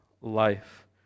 life